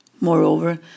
Moreover